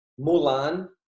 Mulan